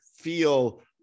feel